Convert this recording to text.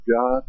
God